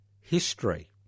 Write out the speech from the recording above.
history